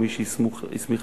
או מי שהסמיך לכך,